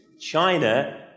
China